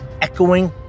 echoing